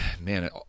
man